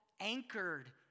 anchored